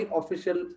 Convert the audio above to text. Official